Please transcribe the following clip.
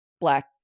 black